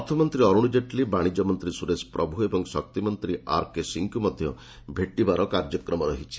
ଅର୍ଥମନ୍ତ୍ରୀ ଅରୁଣ ଜେଟ୍ଲୀ ବାଣିଜ୍ୟ ମନ୍ତ୍ରୀ ସୁରେଶ ପ୍ରଭୁ ଏବଂ ଶକ୍ତିମନ୍ତ୍ରୀ ଆର୍କେ ସିଂଙ୍କୁ ମଧ୍ୟ ଭେଟିବାର କାର୍ଯ୍ୟକ୍ରମ ରହିଛି